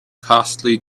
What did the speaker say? costly